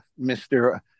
Mr